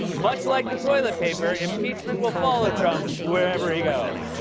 much like the toilet paper, impeachment will follow trump wherever he goes.